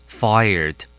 fired